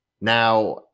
Now